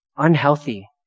Unhealthy